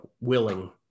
willing